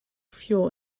fuel